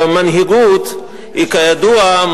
כידוע,